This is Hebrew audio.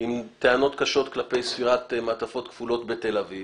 עם טענות קשות כלפי ספירת מעטפות כפולות בתל אביב